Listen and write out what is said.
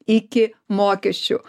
iki mokesčių